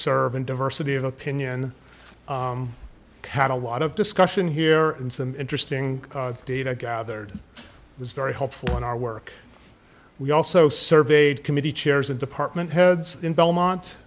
serve in diversity of opinion had a lot of discussion here and some interesting data gathered was very helpful in our work we also surveyed committee chairs and department heads in